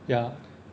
ya